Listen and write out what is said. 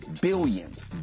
billions